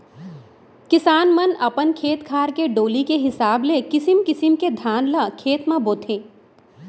किसान मन अपन खेत खार के डोली के हिसाब ले किसिम किसिम के धान ल खेत म बोथें